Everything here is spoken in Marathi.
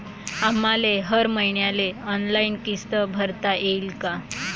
आम्हाले हर मईन्याले ऑनलाईन किस्त भरता येईन का?